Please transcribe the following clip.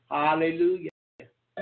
hallelujah